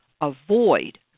Avoid